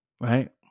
Right